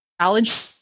challenge